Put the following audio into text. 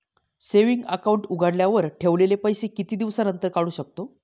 Saving account उघडल्यावर ठेवलेले पैसे किती दिवसानंतर काढू शकतो?